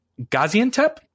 Gaziantep